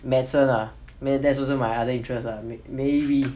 medicine ah that's also my other interests lah maybe